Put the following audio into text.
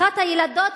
אחת הילדות,